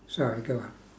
sorry go on